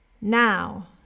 Now